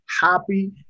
happy